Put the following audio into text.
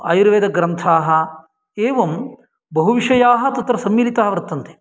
आयुर्वेदग्रन्थाः एवं बहुविषयाः तत्र सम्मिलिताः वर्तन्ते